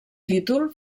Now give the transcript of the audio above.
títol